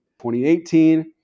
2018